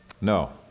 No